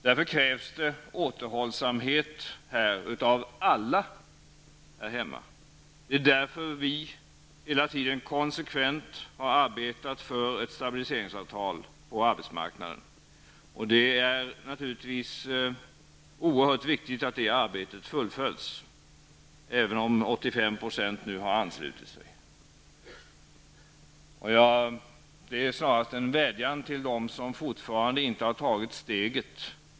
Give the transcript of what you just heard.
Därför krävs återhållsamhet av alla här hemma. Det är därför vi hela tiden konsekvent har arbetat för ett stabiliseringsavtal på arbetsmarknaden. Det är naturligtvis oerhört viktigt att det arbetet fullföljs, även om 85 % nu har anslutit sig. Detta är snarast en vädjan till dem som fortfarande inte har tagit steget.